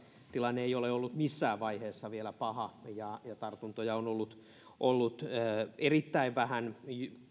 tilanne ei ole ollut missään vaiheessa vielä paha ja tartuntoja on ollut ollut erittäin vähän